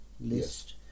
list